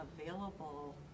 available